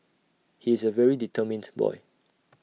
he is A very determined boy